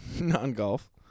non-golf